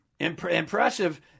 Impressive